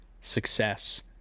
success